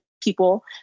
people